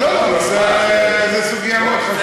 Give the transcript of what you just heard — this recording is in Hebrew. זו סוגיה מאוד חשובה.